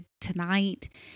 tonight